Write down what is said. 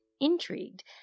Intrigued